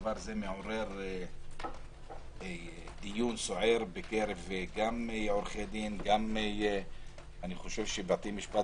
הדבר מעורר דיון סוער בקרב עורכי דין ובתי משפט